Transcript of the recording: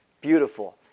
Beautiful